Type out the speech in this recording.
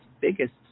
biggest